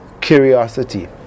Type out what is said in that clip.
curiosity